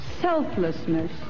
selflessness